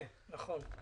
נכון.